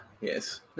yes